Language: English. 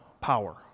power